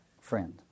friend